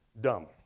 dumb